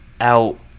out